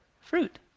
fruit